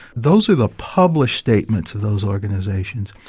those are the published statements of those organisations.